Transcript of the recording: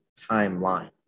timeline